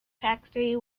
factory